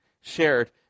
shared